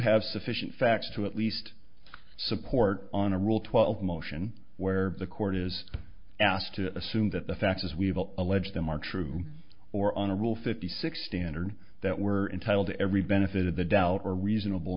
have sufficient facts to at least support on a rule twelve motion where the court is asked to assume that the facts as we've all alleged them are true or on a rule fifty six standard that we're entitled to every benefit of the doubt or reasonable